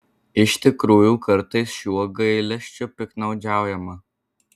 iš tikrųjų kartais šiuo gailesčiu piktnaudžiaujama